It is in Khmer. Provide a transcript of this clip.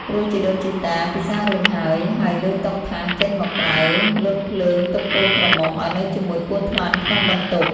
ព្រោះជីដូនជីតាពិសារួចហើយ ហើយលើកតុ ថាស ចេញមកក្រៅ លត់ភ្លើងទុកកូនក្រមុំ ឱ្យនៅជាមួយពស់ថ្លាន់ក្នុងបន្ទប់។